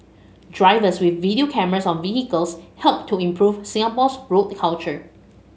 drivers with video cameras on vehicles help to improve Singapore's road culture